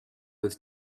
with